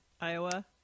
iowa